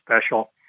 special